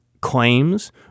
claims